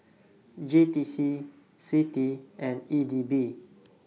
J T C CITI and E D B